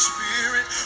Spirit